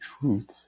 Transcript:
truth